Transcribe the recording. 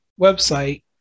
website